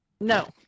No